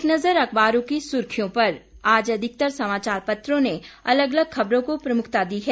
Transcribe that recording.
एक नज़र अखबारों की सुर्खियों पर आज अधिकतर समाचार पत्रों ने अलग अलग खबरों को प्रमुखता दी है